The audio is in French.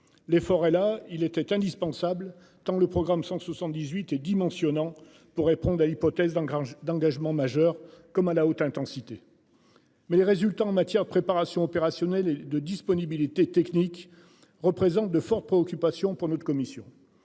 Les forêts là il était indispensable tant le programme 178 et dit mentionnant pour répondre à l'hypothèse d'engranger d'engagement majeur comme à la haute intensité. Mais les résultats en matière de préparation opérationnelle et de disponibilité technique représente de fortes préoccupations pour notre commission